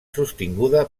sostinguda